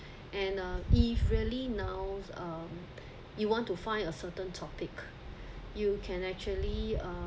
and uh if really now um you want to find a certain topic you can actually uh